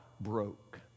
broke